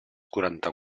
quaranta